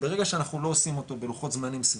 ברגע שאנחנו לא עושים אותו בלוחות זמנים סבירים,